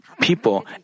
people